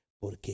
Porque